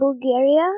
Bulgaria